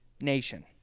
nation